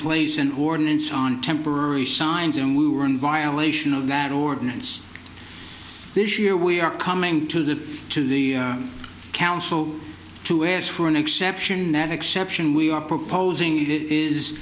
place an ordinance on temporary signs and we were in violation of that ordinance this year we are coming to the to the council to ask for an exception that exception we are proposing is